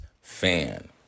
fan